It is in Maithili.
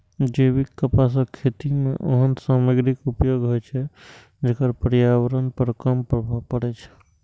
जैविक कपासक खेती मे ओहन सामग्रीक उपयोग होइ छै, जेकर पर्यावरण पर कम प्रभाव पड़ै छै